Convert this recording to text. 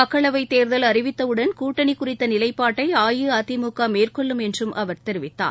மக்களவைத்தேர்தல் அறிவித்தவுடன் கூட்டணிகுறித்தநிலைப்பாட்டைஅஇஅதிமுகமேற்கொள்ளும் என்றும் அவர் தெரிவித்தார்